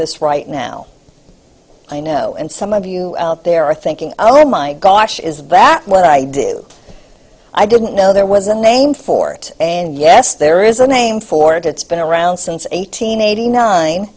this right now i know and some of you out there are thinking oh my gosh is that what i do i didn't know there was a name for it and yes there is a name for it it's been around since eighteen eighty nine